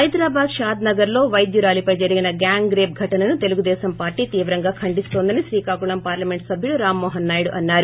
హైదరాబాద్ షాద్నగర్లో పైద్యురాలిపై జరిగిన గ్యాంగ్రేప్ ఘటనను తెలుగుదేశం పార్లీ తీవ్రంగా ఖండిస్తోందని శ్రీకాకుళం పార్లమెంట్ సబ్యుడు రామ్మోహన్ నాయుడు అన్నారు